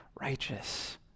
righteous